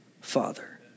Father